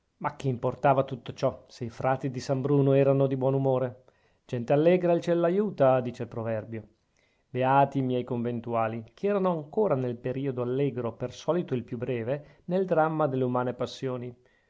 ma che importava tutto ciò se i frati di san bruno erano di buon umore gente allegra il ciel l'aiuta dice il proverbio beati i miei conventuali che erano ancora nel periodo allegro per solito il più breve nel dramma delle umane passioni